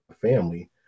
family